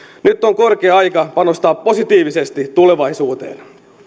nyt on korkea aika panostaa positiivisesti tulevaisuuteen